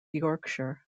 yorkshire